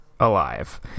alive